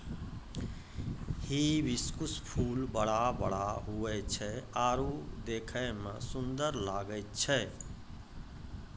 hibiscus फूल बड़ा बड़ा हुवै छै आरु देखै मे सुन्दर लागै छै